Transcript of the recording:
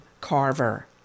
Carver